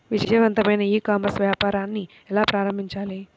విజయవంతమైన e commerce వ్యాపారాన్ని ఎలా ప్రారంభించాలి?